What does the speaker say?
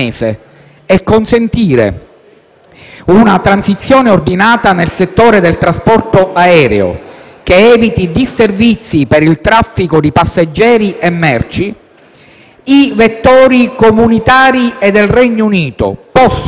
una transizione ordinata nel settore del trasporto aereo che eviti disservizi per il traffico di passeggeri e merci, i vettori comunitari e del Regno Unito possono, in via transitoria